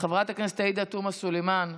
חברת הכנסת עאידה תומא סלימאן,